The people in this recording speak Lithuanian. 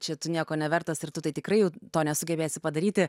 čia tu nieko nevertas ir tu tai tikrai jau to nesugebėsi padaryti